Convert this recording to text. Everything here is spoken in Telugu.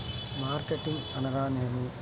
మార్కెటింగ్ అనగానేమి?